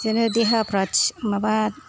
बिदिनो देहाफ्रा थिख माबा